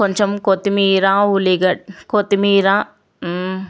కొంచెం కొత్తిమీర ఉల్లిగ కొత్తిమీరా